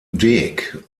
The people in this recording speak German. dick